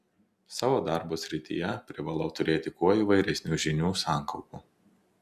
savo darbo srityje privalau turėti kuo įvairesnių žinių sankaupą